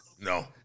No